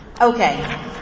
Okay